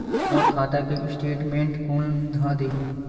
मोर खाता के स्टेटमेंट कोन ह देही?